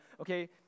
okay